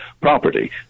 property